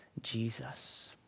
Jesus